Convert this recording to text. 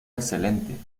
excelente